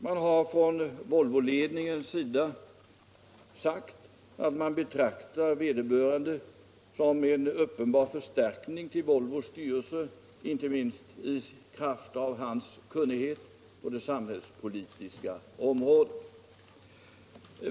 Det har från Volvoledningen sagts att man betraktar vederbörande som en uppenbar förstärkning av Volvos styrelse, inte minst i kraft av hans kunnighet på det samhällspolitiska området.